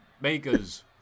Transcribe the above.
makers